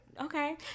okay